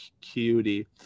cutie